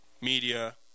media